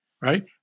right